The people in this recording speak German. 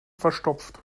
verstopft